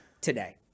today